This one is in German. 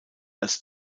als